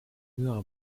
jüngerer